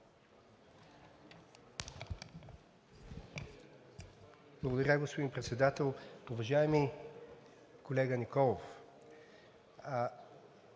Благодаря, господин Председател. Уважаеми колега Николов,